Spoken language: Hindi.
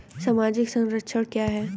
सामाजिक संरक्षण क्या है?